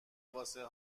واسه